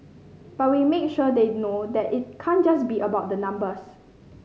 but we make sure they know that it can't just be about the numbers